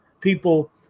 people